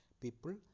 people